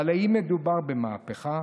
אבל האם מדובר במהפכה?